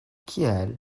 kial